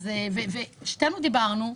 שתינו דיברנו,